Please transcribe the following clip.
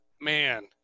man